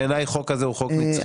בעיניי החוק הזה הוא חוק נצחי.